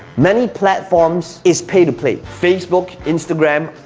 many platforms is pay-to-play, facebook, instagram,